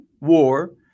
war